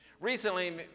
Recently